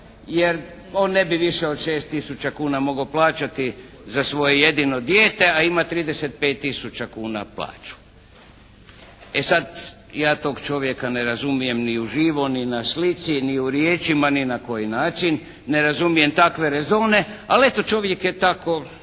jer on ne bi više od 6 tisuća kuna mogao plaćati za svoje jedino dijete, a ima 35 tisuća kuna plaću. E sada ja to čovjeka ne razumijem ni u živo ni na slici, ni u riječima, ni na koji način, ne razumijem takve rezone, ali eto čovjek je tako